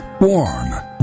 warm